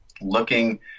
looking